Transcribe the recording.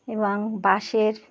এবং বাসের